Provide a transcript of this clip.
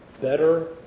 Better